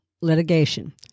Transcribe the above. Litigation